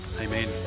Amen